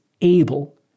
able